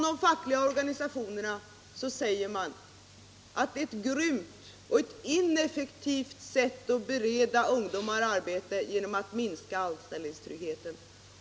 De fackliga organisationerna säger att det är grymt och ineffektivt att bereda ungdomar arbete genom att minska anställningstryggheten.